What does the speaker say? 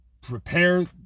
prepare